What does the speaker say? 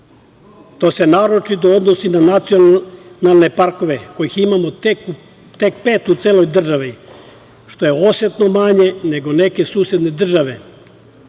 To se naročito odnosi na nacionalne parkove, kojih imamo tek pet u celoj državi, što je osetno manje nego neke susedne države.